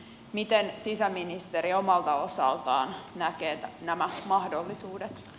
miten sisäministeri omalta osaltaan näkee nämä mahdollisuudet